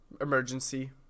Emergency